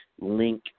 link